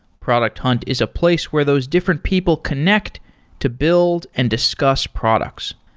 product hunt is a place where those different people connect to build and discuss products.